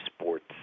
sports